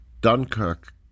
Dunkirk